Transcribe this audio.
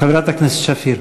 חברת הכנסת שפיר.